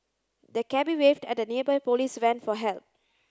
the cabby waved at a nearby police van for help